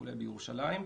כולל בירושלים.